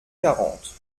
quarante